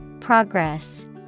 Progress